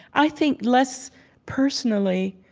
i think, less personally,